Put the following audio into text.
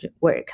work